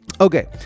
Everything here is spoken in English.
Okay